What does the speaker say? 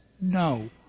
No